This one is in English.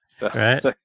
Right